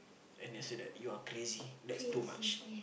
and they said that you're crazy that's too much